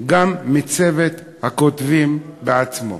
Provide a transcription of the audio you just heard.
גם מצוות הכותבים בעצמו?